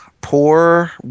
poor